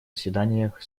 заседаниях